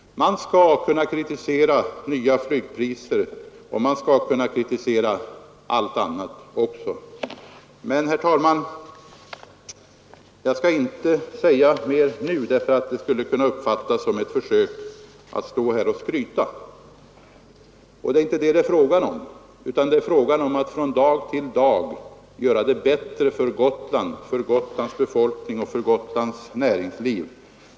Man skall kunna kritisera nya flygpriser m.m. Men, herr talman, jag skall inte säga mer nu, eftersom det skulle kunna uppfattas som ett försök till skryt. Det är ju här fråga om hur man dag för dag skall kunna göra det bättre för Gotland, dess befolkning och näringsliv.